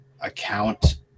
account